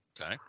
Okay